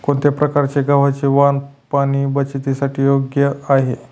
कोणत्या प्रकारचे गव्हाचे वाण पाणी बचतीसाठी योग्य आहे?